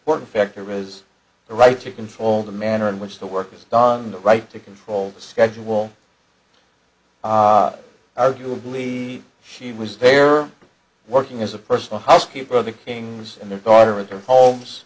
one factor is the right to control the manner in which the work is done the right to control the schedule arguably she was there working as a personal housekeeper the kings and the daughter of their homes